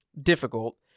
difficult